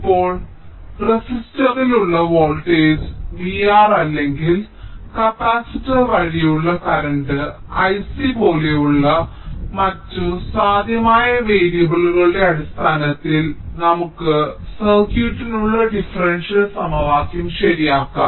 ഇപ്പോൾ റസിസ്റ്ററിലുള്ള voltage V R അല്ലെങ്കിൽ കപ്പാസിറ്റർ വഴിയുള്ള കറണ്ട് Ic പോലെയുള്ള മറ്റ് സാധ്യമായ വേരിയബിളുകളുടെ അടിസ്ഥാനത്തിൽ നമുക്ക് സർക്യൂട്ടിനുള്ള ഡിഫറൻഷ്യൽ സമവാക്യം ശരിയാക്കാം